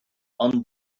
ond